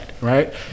right